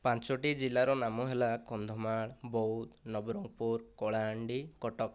ପାଞ୍ଚଟି ଜିଲ୍ଲାର ନାମ ହେଲା କନ୍ଧମାଳ ବୌଦ୍ଧ ନବରଙ୍ଗପୁର କଳାହାଣ୍ଡି କଟକ